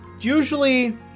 usually